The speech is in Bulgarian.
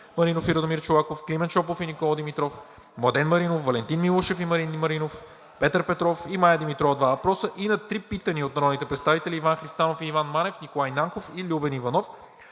Маринов и Радомир Чолаков; Климент Шопов и Никола Димитров; Младен Маринов, Валентин Милушев и Марин Маринов; Петър Петров; и Мая Димитрова – два въпроса; и на три питания от народните представители Иван Христанов и Иван Манев; Николай Нанков; и Любен Иванов.